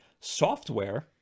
Software